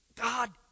god